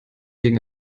gegen